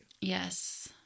Yes